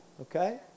okay